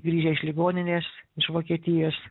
grįžę iš ligoninės iš vokietijos